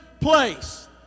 place